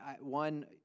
One